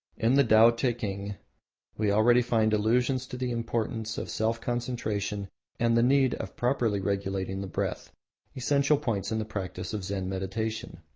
in the tao-teking we already find allusions to the importance of self-concentration and the need of properly regulating the breath essential points in the practice of zen meditation.